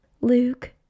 Luke